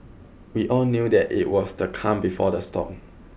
we all knew that it was the calm before the storm